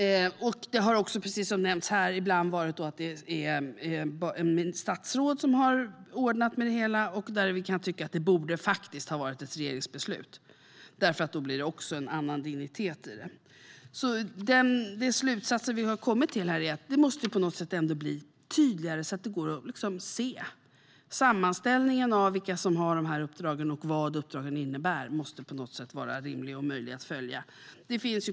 Precis som har nämnts har det också ibland varit statsråd som har ordnat med det hela, och därvid kan jag tycka att det faktiskt borde ha varit ett regeringsbeslut. Då blir det nämligen även en annan dignitet i det. De slutsatser vi har kommit fram till är alltså att det måste bli tydligare så att detta går att se. Sammanställningen av vilka som har uppdragen och vad uppdragen innebär måste på något sätt vara rimlig och möjlig att följa.